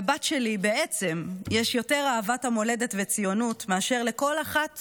לבת שלי בעצם יש יותר אהבת מולדת וציונות מאשר לכל אחת